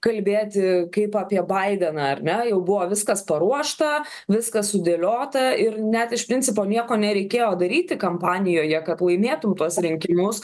kalbėti kaip apie baideną ar ne jau buvo viskas paruošta viskas sudėliota ir net iš principo nieko nereikėjo daryti kampanijoje kad laimėtų tuos rinkimus